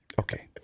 Okay